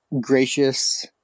Gracious